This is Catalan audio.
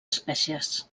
espècies